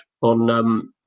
on